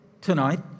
tonight